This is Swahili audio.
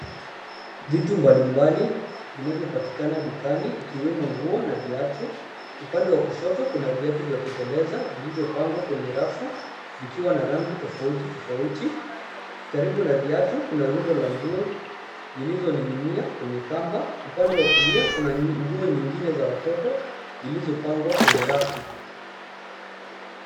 Vitu mbalimbali, vinavyopatikana dukani, ikiwemo nguo, na viatu, upande wa kushoto, kuna viatu vya kuteleza, vilivyopangwa kwenye rafu, vikiwa na rangi tofauti tofauti, karibu na viatu, kuna rundo la nguo, zililoning'inia, kwenye kamba, upande wa kulia, kuna nguo nyingine za watoto, zilizopangwa kwenye rafu.